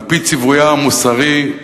על-פי ציוויה המוסרי,